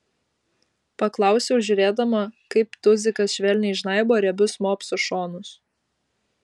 paklausiau žiūrėdama kaip tuzikas švelniai žnaibo riebius mopso šonus